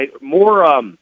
more, –